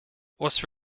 was